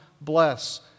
bless